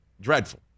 Dreadful